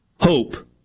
hope